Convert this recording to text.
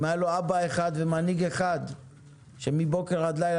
אם היה לו אבא אחד ומנהיג אחד שמבוקר עד לילה